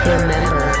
Remember